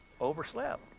Overslept